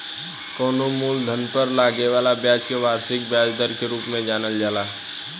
कवनो मूलधन पर लागे वाला ब्याज के वार्षिक ब्याज दर के रूप में जानल जाला